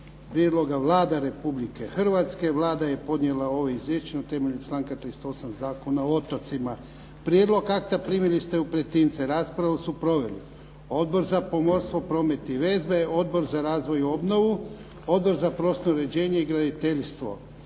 prijedloga je Vlada Republike Hrvatske. Vlada je podnijela ovo izvješće na temelju članka 38. Zakona o otocima. Prijedlog akta primili ste u pretince. Raspravu su proveli Odbor za pomorstvo, promet i veze, Odbor za razvoj i obnovu, Odbor za prostorno uređenje i graditeljstvo.